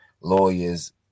lawyers